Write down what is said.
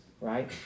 right